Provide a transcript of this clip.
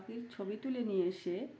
পাখির ছবি তুলে নিয়ে এসে